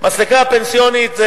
המסלקה הפנסיונית,